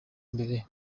mbere